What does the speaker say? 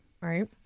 Right